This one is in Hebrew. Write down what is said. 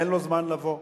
אין לו זמן לבוא.